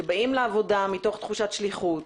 שבאים לעבודה מתחושת שליחות,